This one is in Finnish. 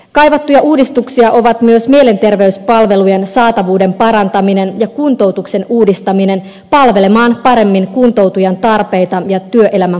kaivattuja uudistuksia ovat myös mielenterveyspalvelujen saatavuuden parantaminen ja kuntoutuksen uudistaminen palvelemaan paremmin kuntoutujan tarpeita ja työelämän mahdollisuuksia